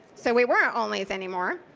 so we weren't only's anymore.